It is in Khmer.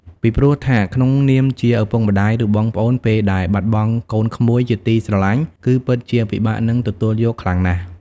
ពីព្រោះថាក្នុងនាមជាឪពុកម្តាយ ឬបងប្អូន ពេលដែលបាត់បង់កូនក្មួយ ជាទីស្រលាញ់ គឺពិតជាពិបាកនឹងទទួលយកខ្លាំងណាស់។